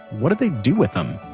what did they do with them?